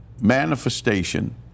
manifestation